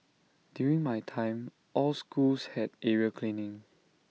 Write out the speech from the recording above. during my time all schools had area cleaning